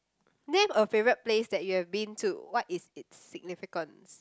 name a favourite place that you have been to what is it significance